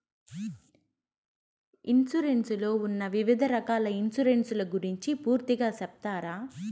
Insurance లో ఉన్న వివిధ రకాల ఇన్సూరెన్సు ల గురించి పూర్తిగా సెప్తారా?